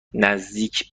نزدیک